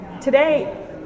Today